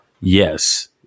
Yes